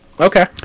Okay